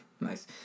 nice